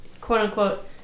quote-unquote